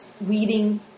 weeding